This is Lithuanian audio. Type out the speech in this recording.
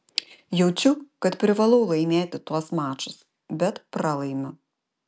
jaučiu kad privalau laimėti tuos mačus bet pralaimiu